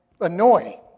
annoying